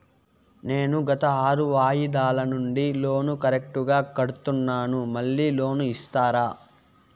నేను గత ఆరు వాయిదాల నుండి లోను కరెక్టుగా కడ్తున్నాను, మళ్ళీ లోను ఇస్తారా?